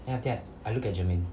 then after that I look at germaine